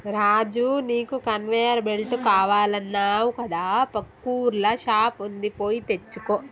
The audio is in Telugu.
రాజు నీకు కన్వేయర్ బెల్ట్ కావాలన్నావు కదా పక్కూర్ల షాప్ వుంది పోయి తెచ్చుకో